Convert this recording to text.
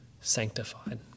sanctified